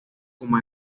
como